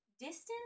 Distance